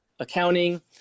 accounting